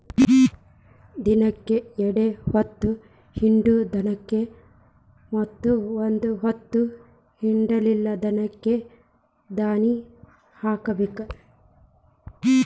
ದಿನಕ್ಕ ಎರ್ಡ್ ಹೊತ್ತ ಹಿಂಡು ದನಕ್ಕ ಮತ್ತ ಒಂದ ಹೊತ್ತ ಹಿಂಡಲಿದ ದನಕ್ಕ ದಾನಿ ಹಾಕಬೇಕ